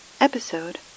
Episode